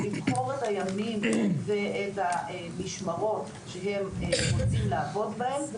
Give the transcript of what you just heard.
לבחור את הימים ואת המשמרות שהם רוצים לעבוד בהם,